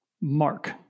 mark